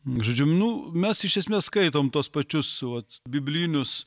žodžiu nu mes iš esmės skaitom tuos pačius ot biblinius